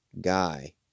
guy